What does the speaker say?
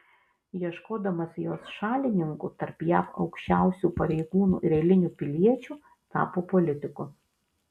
ieškodamas jos šalininkų tarp jav aukščiausių pareigūnų ir eilinių piliečių tapo politiku